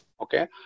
Okay